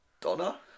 Donna